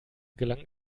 gelang